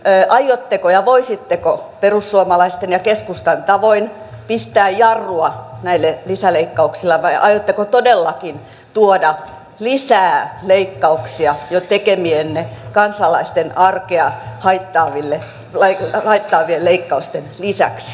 aiotteko ja voisitteko perussuomalaisten ja keskustan tavoin pistää jarrua näille lisäleikkauksille vai aiotteko todellakin tuoda lisää leikkauksia jo tekemienne kansalaisten arkea haittaavien leikkausten lisäksi